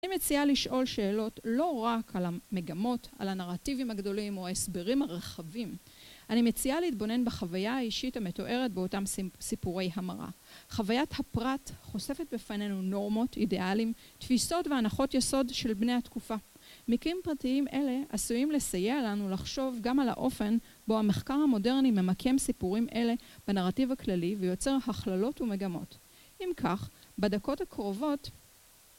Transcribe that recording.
אני מציעה לשאול שאלות לא רק על המגמות, על הנרטיבים הגדולים או ההסברים הרחבים. אני מציעה להתבונן בחוויה האישית המתוארת באותם סיפורי המראה. חוויית הפרט חושפת בפנינו נורמות, אידיאליים, תפיסות, והנחות יסוד של בני התקופה. מקרים פרטיים אלה עשויים לסייע לנו לחשוב גם על האופן בו המחקר המודרני ממקם סיפורים אלה בנרטיב הכללי, ויוצר הכללות ומגמות. אם כך, בדקות הקרובות...